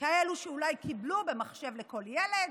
אולי כאלה שקיבלו ב"מחשב לכל ילד"